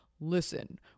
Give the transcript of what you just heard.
listen